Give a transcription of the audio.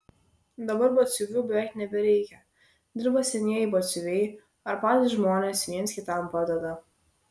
dabar batsiuvių beveik nebereikia dirba senieji batsiuviai ar patys žmonės viens kitam padeda